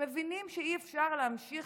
הם מבינים שאי-אפשר להמשיך